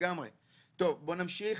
בוא נמשיך,